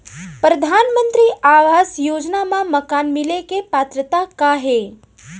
परधानमंतरी आवास योजना मा मकान मिले के पात्रता का हे?